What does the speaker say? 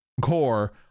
core